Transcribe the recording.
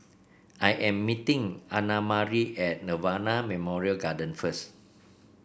I am meeting Annamarie at Nirvana Memorial Garden first